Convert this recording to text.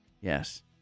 Yes